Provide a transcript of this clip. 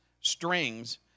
strings